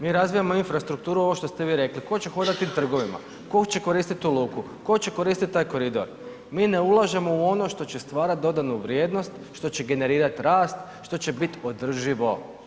Mi razvijamo infrastrukturu, ovo što ste vi rekli, tko će hodati tim trgovima, tko će koristiti tu luku, tko će koristiti taj koridor, mi ne ulažemo u ono što će stvarati dodanu vrijednost, što će generirat rast, što će biti održivo.